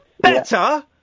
better